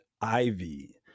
Ivy